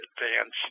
advance